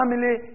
family